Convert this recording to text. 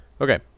Okay